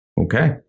Okay